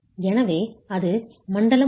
எனவே அது மண்டலம் 1